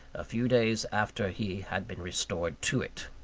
a few days after he had been restored to it.